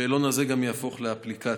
השאלון הזה יהפוך גם לאפליקציה.